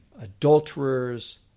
adulterers